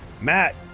Matt